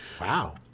Wow